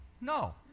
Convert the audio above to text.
No